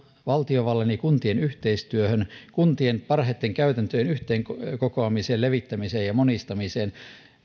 valtiovallan ja kuntien yhteistyöhön kuntien parhaitten käytäntöjen yhteen kokoamiseen levittämiseen ja monistamiseen